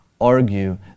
argue